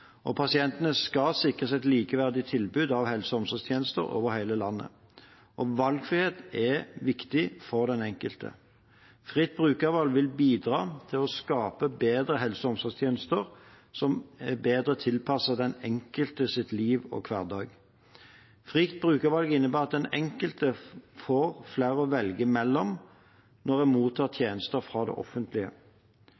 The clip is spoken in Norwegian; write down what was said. Pasientene skal sikres et likeverdig tilbud av helse- og omsorgstjenester over hele landet. Valgfrihet er viktig for den enkelte. Fritt brukervalg vil bidra til å skape bedre helse- og omsorgstjenester som er bedre tilpasset den enkeltes liv og hverdag. Fritt brukervalg innebærer at den enkelte får flere å velge mellom når en mottar